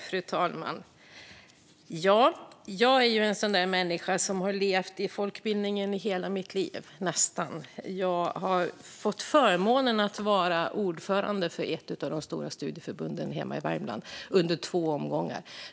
Fru talman! Jag är en sådan där människa som har levt i folkbildningen nästan hela mitt liv. Jag har fått förmånen att vara ordförande för ett av de stora studieförbunden hemma i Värmland under två omgångar.